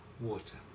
water